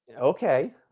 okay